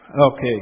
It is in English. Okay